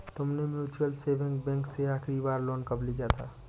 तुमने mutual saving bank से आखरी बार लोन कब लिया था?